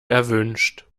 erwünscht